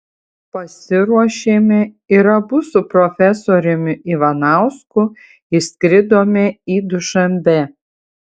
pasiruošėme ir abu su profesoriumi ivanausku išskridome į dušanbę